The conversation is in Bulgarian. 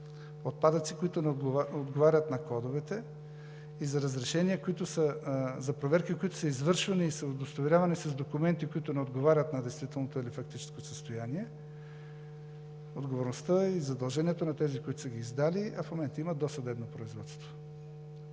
отпадъци, които не съответстват на кодовете, за разрешения и за проверки, които са извършвани и са удостоверявани с документи, които не отговарят на действителното или фактическото състояние, отговорността и задълженията на тези, които са ги издали, в момента има досъдебно производство.